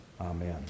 amen